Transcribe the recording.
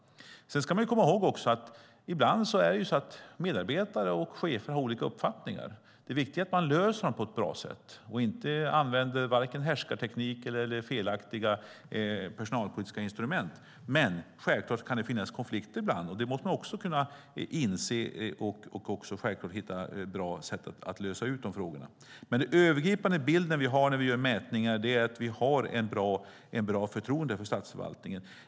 Sedan ska man komma ihåg att medarbetare och chefer ibland har olika uppfattningar. Det viktiga är att man löser det på ett bra sätt och inte använder vare sig härskartekniker eller felaktiga personalpolitiska instrument. Men självklart kan det finnas konflikter ibland, och det måste man också kunna inse och hitta bra sätt att lösa. Den övergripande bild vi får när vi gör mätningar är att vi har ett bra förtroende för statsförvaltningen.